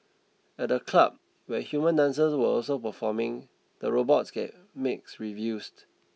at the club where human dancers were also performing the robots got mixed reviews